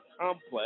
complex